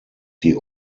die